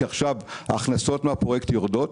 כי עכשיו ההכנסות מהפרויקט יורדות,